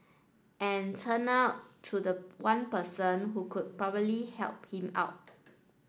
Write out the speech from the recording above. and turn out to the one person who could probably help him out